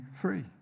free